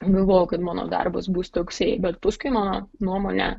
galvojau kad mano darbas bus toksai bet paskui mano nuomonė